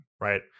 Right